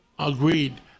Agreed